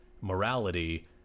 morality